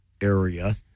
area